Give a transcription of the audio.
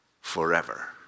forever